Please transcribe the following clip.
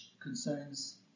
Concerns